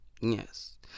yes